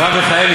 מה, מה הוחלט?